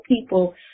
people